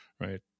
right